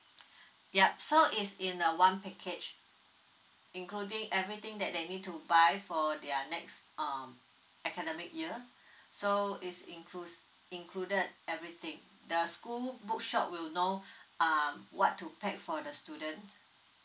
ya so is in a one package including everything that they need to buy for their next um academic year so is includes included everything the school bookshop will know uh what to pack for the student